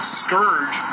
scourge